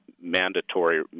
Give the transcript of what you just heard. mandatory